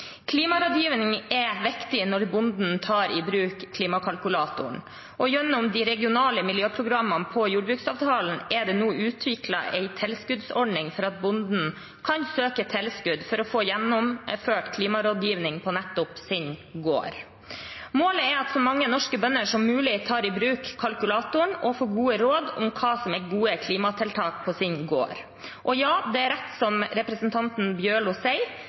Klimarådgivning er viktig når bonden tar i bruk klimakalkulatoren, og gjennom de regionale miljøprogrammene i jordbruksavtalen er det nå utviklet en tilskuddsordning for at bonden kan søke tilskudd for å få gjennomført klimarådgivning på nettopp sin gård. Målet er at så mange norske bønder som mulig tar i bruk i kalkulatoren og får gode råd om hva som er gode klimatiltak på sin gård. Og ja, det er rett som representanten Bjørlo sier;